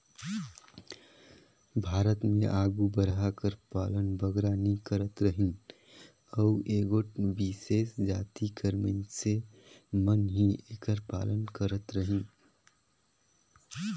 भारत में आघु बरहा कर पालन बगरा नी करत रहिन अउ एगोट बिसेस जाति कर मइनसे मन ही एकर पालन करत रहिन